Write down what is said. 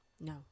no